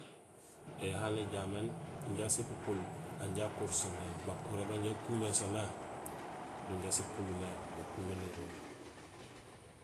Ēyaha néjaméén inja sipupul hanja akuur so mé, bakuré banja akuméén so mé, do inja sipulmé bakuménérool.